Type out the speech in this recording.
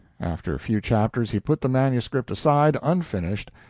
after a few chapters he put the manuscript aside, unfinished,